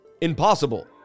Impossible